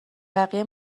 بقیه